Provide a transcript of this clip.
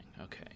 okay